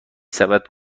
سبد